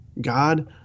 God